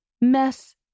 mess